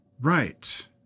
Right